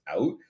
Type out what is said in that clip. out